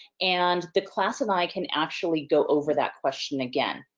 and the class and i can actually go over that question again.